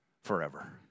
forever